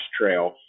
trail